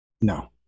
No